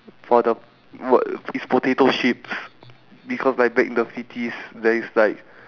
for the word it's potato chips because like back in the fifties there is like